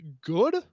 good